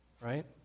Right